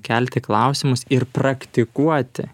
kelti klausimus ir praktikuoti